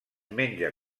menja